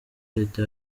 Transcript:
leta